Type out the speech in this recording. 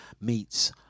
Meets